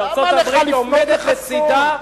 שארצות-הברית עומדת לצדה,